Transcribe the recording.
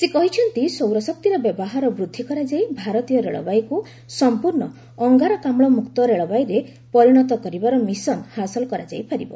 ସେ କହିଛନ୍ତି ସୌରଶକ୍ତିର ବ୍ୟବହାର ବୃଦ୍ଧି କରାଯାଇ ଭାରତୀୟ ରେଳବାଇକୁ ସମ୍ପୂର୍ଣ୍ଣ ଅଙ୍ଗାରକାମ୍ଳ ମୁକ୍ତ ରେଳବାଇରେ ପରିଣତ କରିବାର ମିଶନ ହାସଲ କରାଯାଇପାରିବ